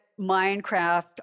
Minecraft